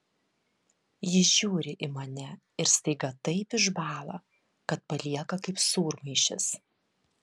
jis žiūri į mane ir staiga taip išbąla kad palieka kaip sūrmaišis